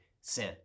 sin